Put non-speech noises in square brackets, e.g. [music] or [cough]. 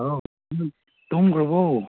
ꯍꯥꯎ [unintelligible] ꯇꯨꯝꯈ꯭ꯔꯕꯣ